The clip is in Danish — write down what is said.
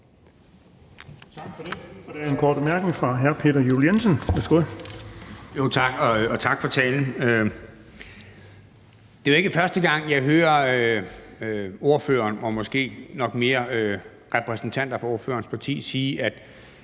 Det er jo ikke første gang, jeg hører ordføreren – og